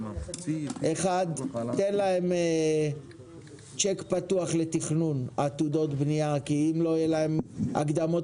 1. תן להם צ'ק פתוח לתכנון עתודות בניה כי אם לא יהיה להם הקדמות